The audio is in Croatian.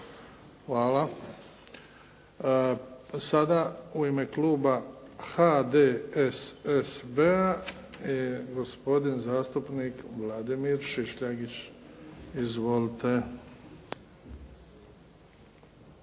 Hvala. Sada u ime kluba HDSSB-a je gospodin zastupnik Vladimir Šišljagić. Izvolite.